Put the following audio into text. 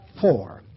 four